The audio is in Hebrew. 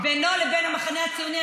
בינה לבין המחנה הציוני,